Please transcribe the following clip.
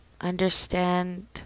understand